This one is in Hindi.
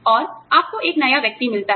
और आपको एक नया व्यक्ति मिलता है